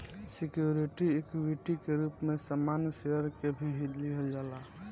security equity के रूप में सामान्य शेयर के भी लिहल जाला